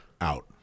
out